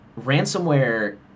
ransomware